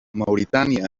mauritània